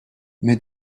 mais